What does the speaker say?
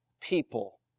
people